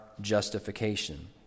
justification